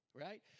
right